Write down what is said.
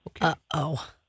Uh-oh